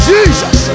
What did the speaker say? Jesus